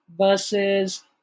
versus